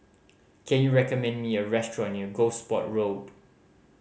can you recommend me a restaurant near Gosport Road